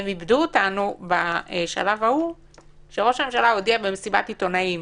הם איבדו אותנו כשראש הממשלה הודיע במסיבת עיתונאים